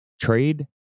trade